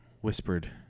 whispered